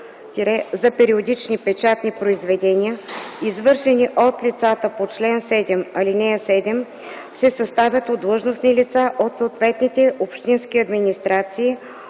за периодичните печатни произведения, извършени от лицата по чл. 7, ал. 7, се съставят от длъжностни лица от съответните общински администрации,